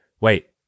Wait